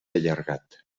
allargat